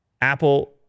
Apple